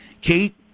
Kate